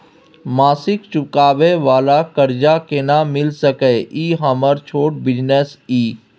मासिक चुकाबै वाला कर्ज केना मिल सकै इ हमर छोट बिजनेस इ?